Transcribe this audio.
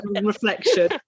reflection